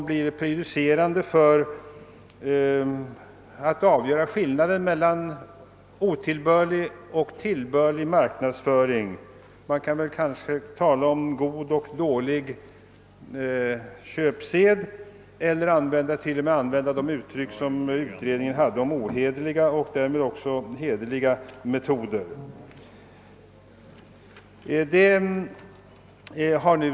De blir prejudicerande då det gäller att avgöra skillnaden mellan otillbörlig och tillbörlig marknadsföring. Kanske kan man tala om god och dålig köpsed eller t.o.m. använda utredningens formulering och tala om hederliga och därmed också ohederliga metoder.